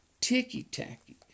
ticky-tacky